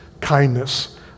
kindness